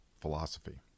philosophy